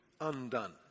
undone